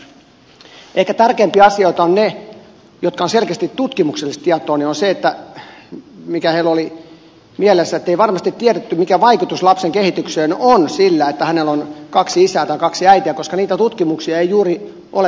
mutta ehkä tärkeimpiä asioita ovat ne jotka ovat selkeästi tutkimuksellista tietoa se mikä heillä oli mielessä ettei varmasti tiedetty mikä vaikutus lapsen kehitykseen on sillä että hänellä on kaksi isää tai kaksi äitiä koska niitä tutkimuksia ei juuri ole tehty